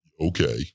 okay